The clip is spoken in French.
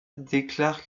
déclare